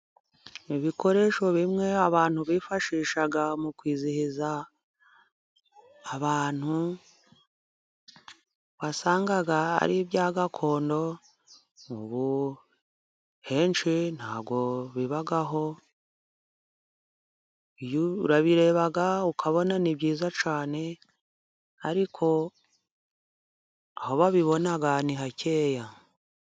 Ibikoresho bimwe abantu bifashishaga mu kwizihiza abantu wasangaga ari ibya gakondo, ubu henshi ntabwo bibaho urabireba ukabona ni byiza cyane, ariko aho babibona ni hakeya.